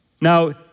Now